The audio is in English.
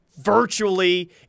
virtually